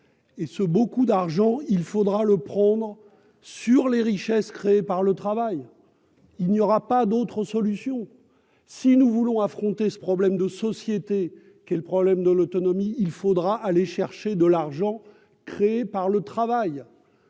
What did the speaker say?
et ce beaucoup d'argent, il faudra le prendre sur les richesses créées par le travail, il n'y aura pas d'autre solution si nous voulons affronter ce problème de société qui est le problème de l'autonomie, il faudra aller chercher de l'argent, créée par le travail,